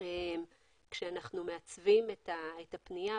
עת אנחנו מעצבים את הפנייה.